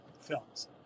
films